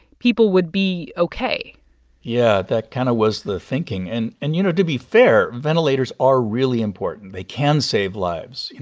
people would be ok yeah. that kind of was the thinking. and, and you know, to be fair, ventilators are really important. they can save lives. you